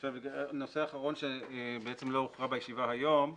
נושא אחרון שלא הוקרא בישיבה היום,